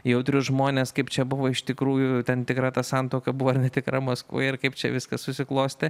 jautrius žmones kaip čia buvo iš tikrųjų ten tikra ta santuoka buvo ar netikra maskvoje ir kaip čia viskas susiklostė